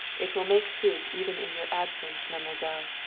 it will make soup even in your absence, mademoiselle!